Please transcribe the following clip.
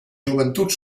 joventut